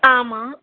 ஆ ஆமாம்